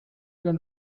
gun